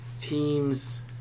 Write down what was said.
teams